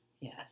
Yes